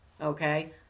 Okay